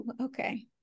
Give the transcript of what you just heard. okay